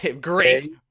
great